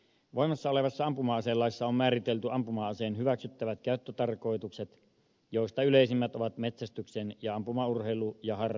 voimassa olevassa ampuma aselaissa on määritelty ampuma aseen hyväksyttävät käyttötarkoitukset joista yleisimmät ovat metsästys ampumaurheilu ja ampumaharrastus